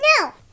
No